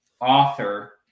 author